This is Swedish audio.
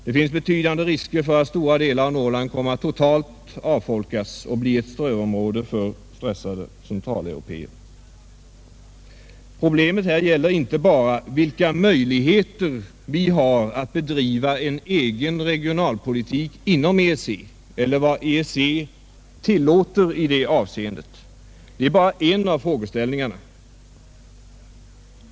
Det finns betydande risker för att stora delar av Norrland kommer att totalt avfolkas och bli ett strövområde för stressade centraleuropéer. Problemet här gäller inte bara vilka möjligheter vi har att bedriva en egen regionalpolitik inom EEC, eller vad EEC tillåter i det avseendet. Det är bara en av frågeställningarna.